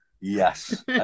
yes